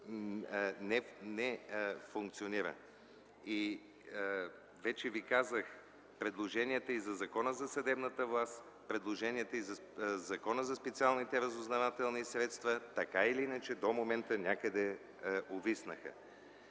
били канени там. Вече ви казах, че предложенията за съдебната власт, предложенията за Закона за специалните разузнавателни средства така или иначе до момента някъде увиснаха.